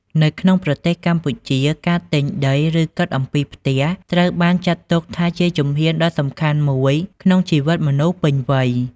នៅក្នុងប្រទេសកម្ពុជាការទិញដី ឬគិតអំពីផ្ទះ ត្រូវបានចាត់ទុកថាជាជំហានដ៏សំខាន់មួយក្នុងជីវិតមនុស្សពេញវ័យ។